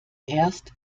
erst